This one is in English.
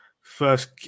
first